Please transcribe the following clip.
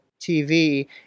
tv